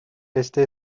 este